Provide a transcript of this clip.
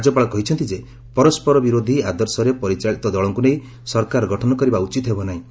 ରାଜ୍ୟପାଳ କହିଛନ୍ତି ଯେ ପରସ୍କର ବିରୋଧୀ ଆଦର୍ଶରେ ପରିଚାଳିତ ଦଳଙ୍କୁ ନେଇ ସରକାର ଗଠନ କରିବା ଉଚିତ୍ ହେବ ନାହିଁ